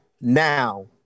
now